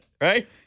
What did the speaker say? Right